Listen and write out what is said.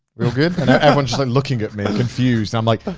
we all good? and then everyone's just like looking at me confused. i'm like,